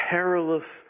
Perilous